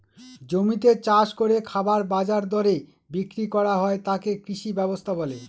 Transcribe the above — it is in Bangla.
জমিতে চাষ করে খাবার বাজার দরে বিক্রি করা হয় তাকে কৃষি ব্যবস্থা বলে